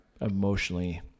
emotionally